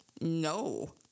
No